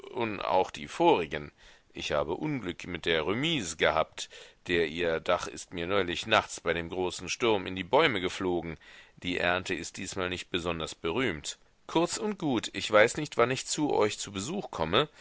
auch di vorgen ich hab unglük mit der römise gehabt der ihr dach ist mir neulig nachts bei dem grosen sturm in die bäume geflogen die ernte ist diesmal nich besonders berümt kurz und gut ich weis nicht wan ich zu euch zu besuch kome